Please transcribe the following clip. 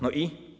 No i?